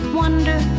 wonder